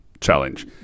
challenge